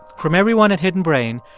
from everyone at hidden brain,